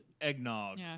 eggnog